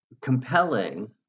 compelling